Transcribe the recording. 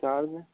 charge